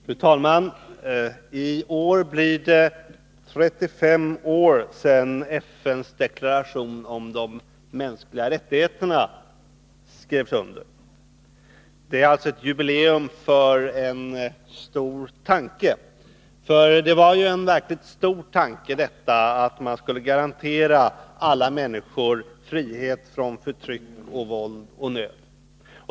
Fru talman! I år blir det 35 år sedan FN:s deklaration om de mänskliga rättigheterna skrevs under. Det är alltså ett jubileum för en stor tanke, för det var ju en verkligt stor tanke att man skulle garantera alla människor frihet från förtryck, våld och nöd.